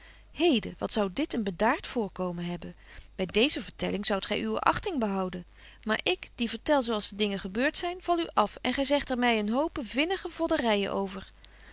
heden wat zou dit een bedaart voorkomen hebben by deeze vertelling zoudt gy uwe achting behouden maar ik die vertel zo als de dingen gebeurt zyn val u af en gy zegt er my een hope vinnige vodderyen over